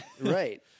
Right